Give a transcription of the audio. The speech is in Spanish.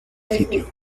sitio